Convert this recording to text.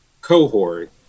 cohort